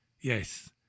Yes